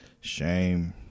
Shame